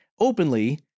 openly